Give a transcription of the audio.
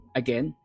again